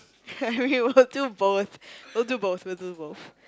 I mean we will do both we'll do both we'll do both